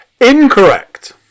Incorrect